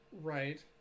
Right